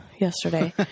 Yesterday